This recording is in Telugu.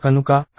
కనుక అయితే